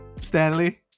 Stanley